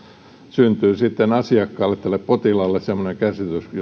syntyy sitten asiakkaalle tälle potilaalle semmoinen käsitys että jos